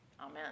Amen